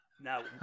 Now